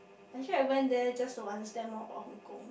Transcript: actually went there just to understand more about Hong-Kong